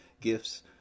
gifts